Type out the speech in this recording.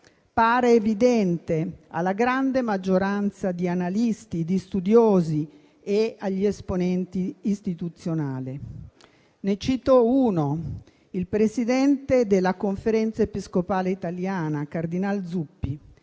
pare evidente alla grande maggioranza di analisti e studiosi e agli esponenti istituzionali. Ne cito uno: il presidente della Conferenza episcopale italiana, cardinal Zuppi,